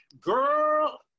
Girl